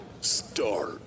start